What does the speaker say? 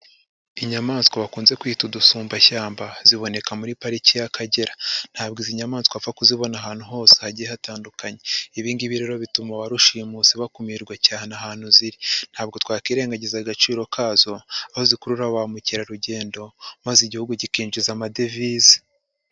Inyamaswa bakunze kwita udusumbashyamba, ziboneka muri Pariki y'Akagera. Ntabwo izi nyamaswa wapfa kuzibona ahantu hose hagiye hatandukanye. Ibi ngibi rero bituma ba rushimusi bakumirwa cyane ahantu ziri. Ntabwo twakwirengagiza agaciro kazo aho zikurura ba mukerarugendo maze igihugu kikinjiza amadevize.